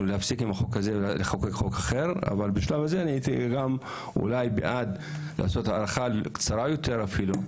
אבל כרגע אני בעד להאריך את החוק הזה לתקופה קצרה יותר,